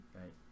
right